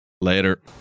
later